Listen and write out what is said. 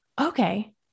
okay